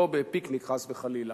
לא בפיקניק חס וחלילה.